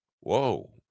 Whoa